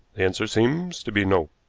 the answer seems to be, no.